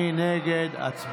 מי נגד?